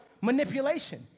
manipulation